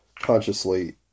consciously